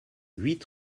huit